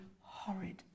horrid